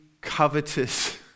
covetous